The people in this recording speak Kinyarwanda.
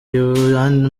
yandi